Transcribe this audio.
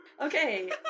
okay